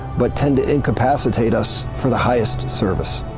but tend to incapacitate us for the highest service.